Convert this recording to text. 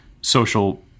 social